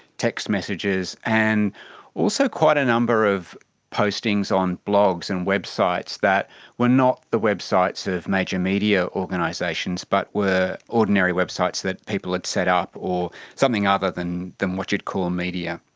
text messages, and also quite a number of postings on blogs and websites that were not the websites of major media organisations but were ordinary websites that people had set up or something other than than what you would call media.